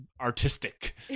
artistic